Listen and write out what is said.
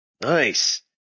Nice